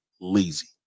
lazy